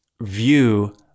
view